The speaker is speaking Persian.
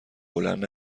بلند